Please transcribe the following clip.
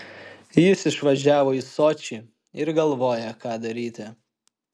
jis išvažiavo į sočį ir galvoja ką daryti